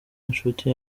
inshuti